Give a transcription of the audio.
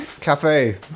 cafe